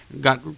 got